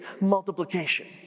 multiplication